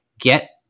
get